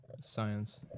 Science